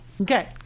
Okay